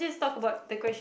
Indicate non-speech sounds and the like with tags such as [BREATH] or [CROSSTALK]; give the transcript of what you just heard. [BREATH]